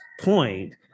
point